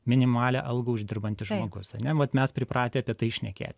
minimalią algą uždirbantis žmogus vat mes pripratę apie tai šnekėti